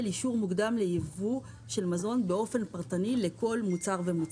אישור מוקדם לייבוא של מזון באופן פרטני לכל מוצר ומוצר.